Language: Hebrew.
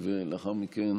ולאחר מכן